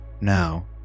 Now